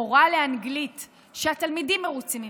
מורה לאנגלית שהתלמידים מרוצים ממנה,